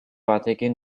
batekin